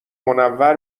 منور